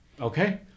okay